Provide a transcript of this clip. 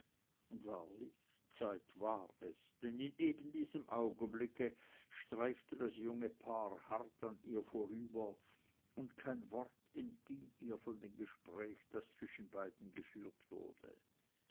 und wahrlich zeit war es denn in eben diesem augenblicke streifte das junge paar hart an ihr vorüber und kein wort entging ihr von dem gespräche das zwischen beiden geführt wurde